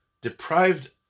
deprived